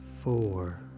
Four